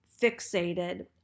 fixated